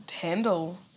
handle